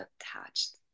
attached